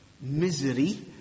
misery